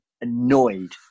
annoyed